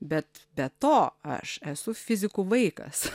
bet be to aš esu fizikų vaikas